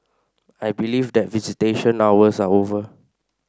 I believe that visitation hours are over